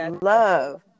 love